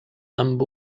amb